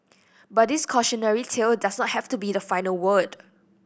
but this cautionary tale doesn't have to be the final word